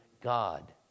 God